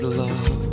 love